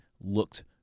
looked